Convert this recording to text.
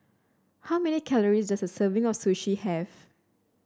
how many calories does a serving of Sushi have